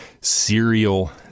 serial